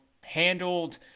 handled